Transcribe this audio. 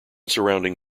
surrounding